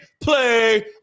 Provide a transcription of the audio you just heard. play